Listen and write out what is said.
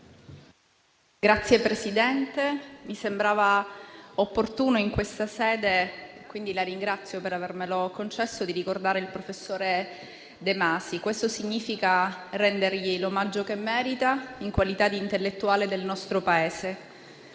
Signor Presidente, mi sembrava opportuno in questa sede - quindi la ringrazio per avermelo concesso - ricordare il professor De Masi. Questo significa rendergli l'omaggio che merita. In qualità di intellettuale del nostro Paese